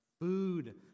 food